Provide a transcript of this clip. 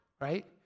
right